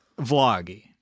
vloggy